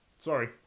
Sorry